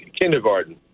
kindergarten